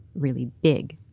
really big.